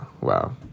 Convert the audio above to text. Wow